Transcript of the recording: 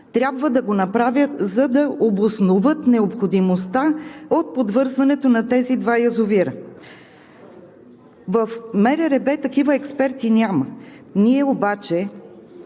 трябва да го направят, за да обосноват необходимостта от подвързването на тези два язовира. В МРРБ такива експерти няма. Ние обаче